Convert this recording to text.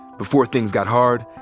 before things got hard,